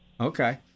Okay